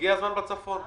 הגיע הזמן לעשות בצפון.